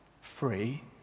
free